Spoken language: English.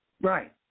Right